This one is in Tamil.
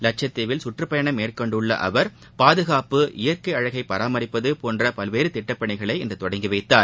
லட்சத்தீவில் சுற்றப்பயணம் மேற்கொண்டுள்ள அவர் பாதுகாப்பு இயற்கை அழகை பராமரிப்பது போன்ற பல்வேறு திட்டப்பணிகளை அவர் இன்று தொடங்கி வைத்தார்